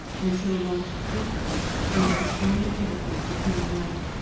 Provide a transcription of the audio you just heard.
and so launched deeper into the stormy intercourse of human life,